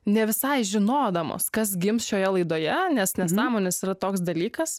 ne visai žinodamos kas gims šioje laidoje nes nesąmonės yra toks dalykas